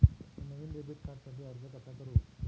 मी नवीन डेबिट कार्डसाठी अर्ज कसा करू?